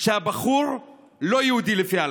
שהבחור לא יהודי לפי ההלכה.